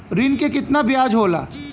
ऋण के कितना ब्याज होला?